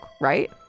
right